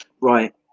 Right